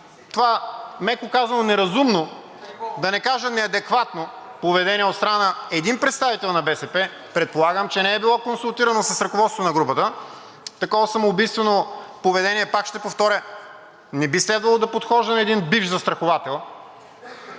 това, меко казано, неразумно, да не кажа неадекватно поведение от страна на един представител на БСП, предполагам, че не е било консултирано с ръководството на групата. Такова самоубийствено поведение – пак ще повторя, не би следвало да подхожда на един бивш застраховател.